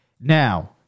Now